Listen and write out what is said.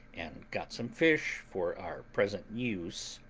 and got some fish for our present use,